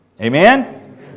Amen